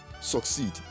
succeed